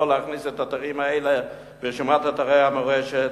להכניס את האתרים האלה לרשימת אתרי המורשת,